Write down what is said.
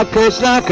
Krishna